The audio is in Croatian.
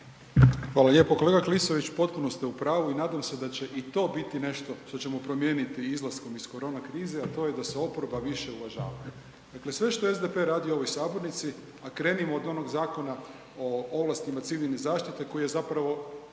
Hvala lijepo. Kolega Klisović, potpuno ste u pravu i nadam se da će i to biti nešto što ćemo promijeniti izlaskom iz korona krize, a to je da se oporba više uvažava. Dakle, sve što SDP radi u ovoj sabornici, a krenimo od onog Zakona o ovlastima civilne zaštite koji je zapravo